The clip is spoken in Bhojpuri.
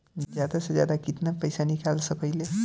जादा से जादा कितना पैसा निकाल सकईले?